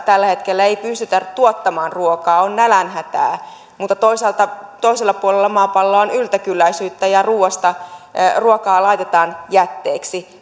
tällä hetkellä ei pystytä tuottamaan ruokaa ja on nälänhätää mutta toisaalta toisella puolella maapalloa on yltäkylläisyyttä ja ruokaa laitetaan jätteeksi